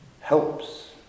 helps